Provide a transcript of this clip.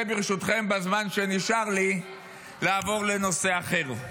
ברשותכם, בזמן שנשאר לי אני רוצה לעבור לנושא אחר: